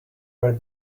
where